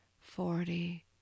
forty